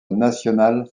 national